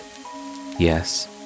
Yes